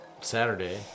Saturday